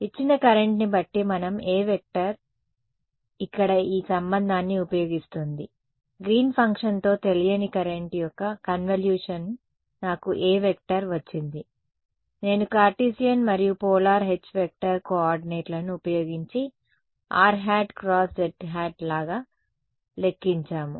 ఇచ్చిన కరెంట్ని బట్టి మనం A వెక్టర్ ఇక్కడ ఈ సంబంధాన్ని ఉపయోగిస్తోంది గ్రీన్ ఫంక్షన్తో తెలియని కరెంట్ యొక్క కన్వల్యూషన్ నాకు A వచ్చింది నేను కార్టీసియన్ మరియు పోలార్ H కోఆర్డినేట్ లను ఉపయోగించి rˆ × zˆ లాగా లెక్కించాము